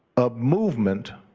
a movement